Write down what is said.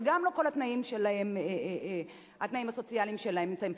וגם לא כל התנאים הסוציאליים שלהם נמצאים.